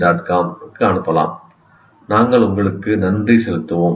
com அனுப்பலாம் நாங்கள் உங்களுக்கு நன்றி செலுத்துவோம்